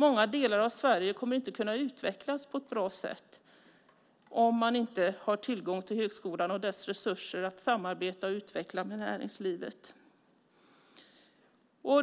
Många delar av Sverige kommer inte att kunna utvecklas på ett bra sätt om det inte finns tillgång till högskolan och dess resurser att samarbeta och utveckla tillsammans med näringslivet.